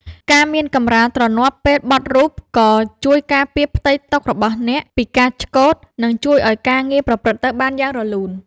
ការមានកម្រាលទ្រនាប់ពេលបត់រូប ក៏ជួយការពារផ្ទៃតុរបស់អ្នកពីការឆ្កូត និងជួយឱ្យការងារប្រព្រឹត្តទៅបានយ៉ាងរលូន។